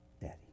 Daddy